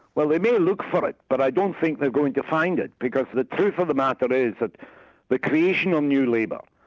well they may look for it, but i don't think they're going to find it because the truth of the matter is that the creation of new labour,